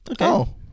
okay